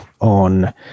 on